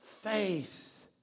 Faith